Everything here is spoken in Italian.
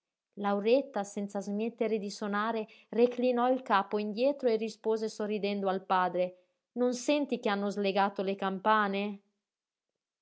lauretta senza smettere di sonare reclinò il capo indietro e rispose sorridendo al padre non senti che hanno slegato le campane